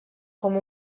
com